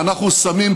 ואנחנו שמים,